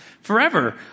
forever